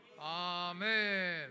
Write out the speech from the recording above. Amen